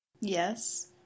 Yes